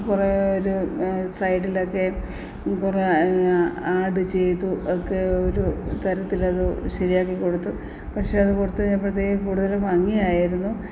കുറേ ഒരു സൈഡിലൊക്കെ കുറേ ആഡ് ചെയ്തു ഒക്കെ ഒരു തരത്തിലത് ശരിയാക്കിക്കൊടുത്തു പക്ഷേ അത് കൊടുത്തുകഴിഞ്ഞപ്പഴത്തേക്ക് കൂടുതല് ഭംഗി ആയിരുന്നു